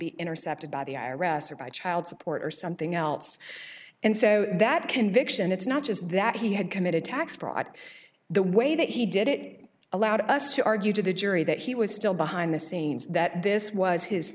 be intercepted by the i r s or by child support or something else and so that conviction it's not just that he had committed tax fraud the way that he did it allowed us to argue to the jury that he was still behind the scenes that this was his